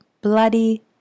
bloody